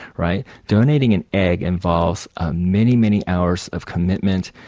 right? donating an egg involves many, many hours of commitment,